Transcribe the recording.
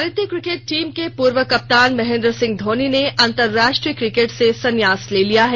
भारतीय cricket team के पूर्व कप्तान महेन्द्र सिंह धौनी ने अंतर्राष्ट्रीय क्रिकेट से संन्यास ले लिया है